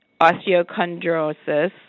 osteochondrosis